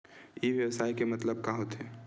ई व्यवसाय के मतलब का होथे?